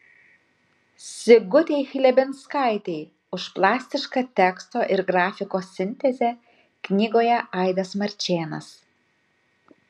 sigutei chlebinskaitei už plastišką teksto ir grafikos sintezę knygoje aidas marčėnas